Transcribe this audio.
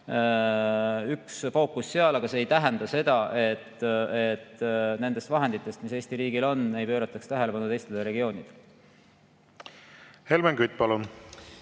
üks fookus seal, aga see ei tähenda seda, et nende vahenditega, mis Eesti riigil on, ei pöörataks tähelepanu teistele regioonidele. Aitäh